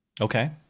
Okay